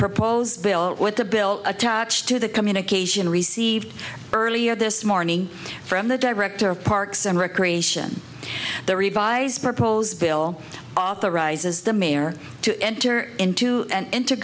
proposed bill what the bill attached to the communication received earlier this morning from the director of parks and recreation the revised proposed bill authorizes the mayor to enter into an inter